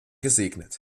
gesegnet